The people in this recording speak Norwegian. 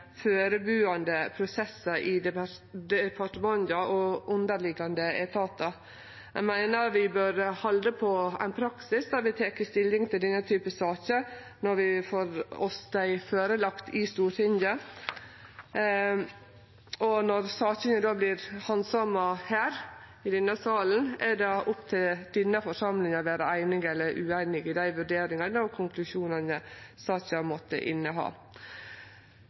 prosessar i departementa og underliggjande etatar. Eg meiner vi bør halde på ein praksis der vi tek stilling til denne typen saker når vi får dei lagde fram for oss i Stortinget. Når sakene då vert handsama her, i denne salen, er det opp til denne forsamlinga å vere einig eller ueinig i dei vurderingane og konklusjonane saka måtte